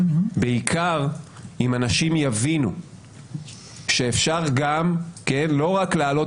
בעיקר אם אנשים יבינו שאפשר גם לא רק להעלות